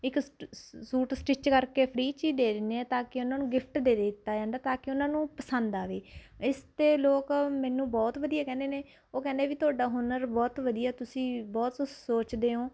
ਇੱਕ suit stitch ਕਰਕੇ free 'ਚ ਹੀ ਦੇ ਦਿੰਦੇ ਹਾਂ ਤਾਂ ਕਿ ਉਨ੍ਹਾਂ ਨੂੰ ਗਿਫ਼ਟ ਦੇ ਦਿੱਤਾ ਜਾਂਦਾ ਤਾਂ ਕਿ ਉਨ੍ਹਾਂ ਨੂੰ ਪਸੰਦ ਆਵੇ ਇਸ 'ਤੇ ਲੋਕ ਮੈਨੂੰ ਬਹੁਤ ਵਧੀਆ ਕਹਿੰਦੇ ਨੇ ਉਹ ਕਹਿੰਦੇ ਵੀ ਤੁਹਾਡਾ ਹੁਨਰ ਬਹੁਤ ਵਧੀਆ ਤੁਸੀਂ ਬਹੁਤ ਸੋਚਦੇ ਓਂ